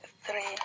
three